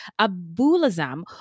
Abulazam